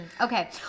Okay